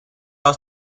aus